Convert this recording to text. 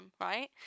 right